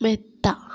മെത്ത